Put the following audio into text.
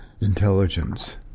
intelligence